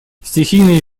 стихийные